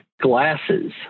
glasses